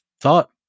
thought